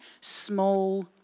small